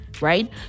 right